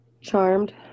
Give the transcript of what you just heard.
Charmed